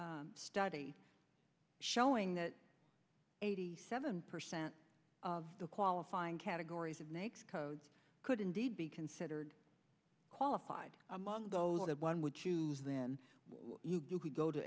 study showing that eighty seven percent of the qualifying categories of naik's codes could indeed be considered qualified among those that one would choose then you could go to